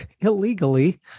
illegally